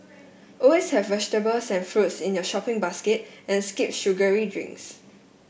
always have vegetables and fruits in your shopping basket and skip sugary drinks